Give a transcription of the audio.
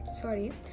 sorry